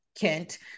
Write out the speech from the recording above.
Kent